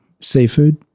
seafood